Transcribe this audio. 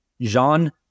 jean